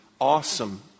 awesome